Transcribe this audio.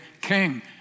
King